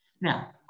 Now